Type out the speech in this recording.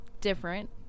different